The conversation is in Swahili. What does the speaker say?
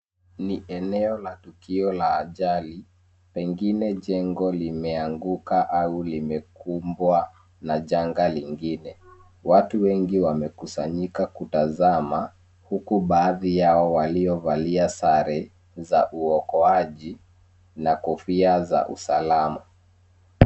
Eneo la tukio la ajali, pengine jengo limeanguka au limekumbwa na janga lingine. Watu wengi wamekusanyika kutazama, huku baadhi yao waliovalia sare, za ukoaji na kofia za usalama.